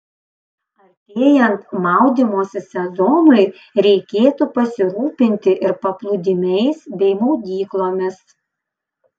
artėjant maudymosi sezonui reikėtų pasirūpinti ir paplūdimiais bei maudyklomis